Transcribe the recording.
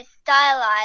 stylized